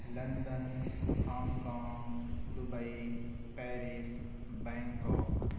London Hong Kong Dubai Paris Bangkok